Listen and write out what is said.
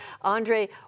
Andre